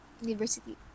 university